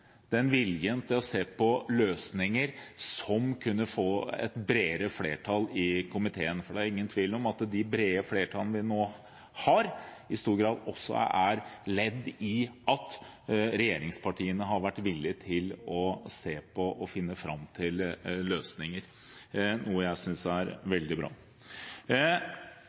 til å se på løsninger som kunne få et bredere flertall i komiteen. For det er ingen tvil om at de brede flertallene vi nå har, i stor grad også er ledd i at regjeringspartiene har vært villig til å se på og finne fram til løsninger, noe jeg synes er veldig bra.